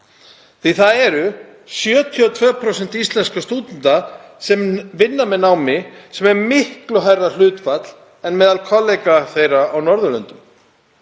að það eru 72% íslenskra stúdenta sem vinna með námi. Það er miklu hærra hlutfall en meðal kollega þeirra á Norðurlöndum.